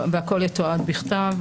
והכול יתועד בכתב.